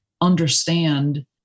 understand